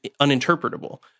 uninterpretable